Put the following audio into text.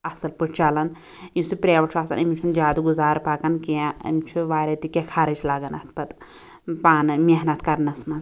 اصٕل پٲٹھۍ چلان یُس یہِ پرٛایویٹ چھُ آسان أمس چھُنہٕ زیٛادٕ گُزار پکان کیٚنٛہہ أمس چھُ واریاہ تہِ کیٚنٛہہ خرٕچ لگَان اتھ پَتہٕ پانہٕ محنت کَرنَس مَنٛز